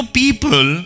people